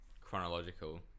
Chronological